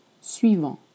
suivant